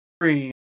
dream